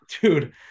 dude